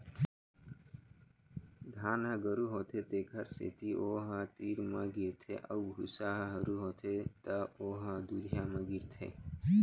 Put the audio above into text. धान ह गरू होथे तेखर सेती ओ ह तीर म गिरथे अउ भूसा ह हरू होथे त ओ ह दुरिहा म गिरथे